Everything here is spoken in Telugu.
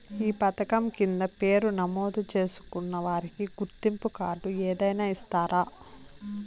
ఈ పథకం కింద పేరు నమోదు చేసుకున్న వారికి గుర్తింపు కార్డు ఏదైనా ఇస్తారా?